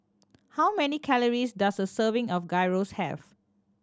how many calories does a serving of Gyros have